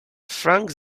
frank